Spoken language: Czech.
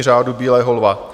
Řádu bílého lva.